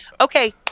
Okay